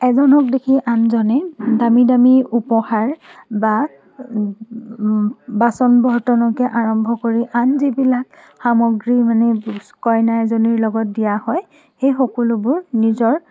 এজনক দেখি আনজনে দামী দামী উপহাৰ বা বাচন বৰ্তনকে আৰম্ভ কৰি আন যিবিলাক সামগ্ৰী মানে কইনা এজনীৰ লগত দিয়া হয় সেই সকলোবোৰ নিজৰ